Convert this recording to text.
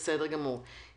בסדר גמור.